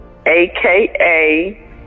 aka